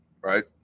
right